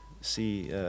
see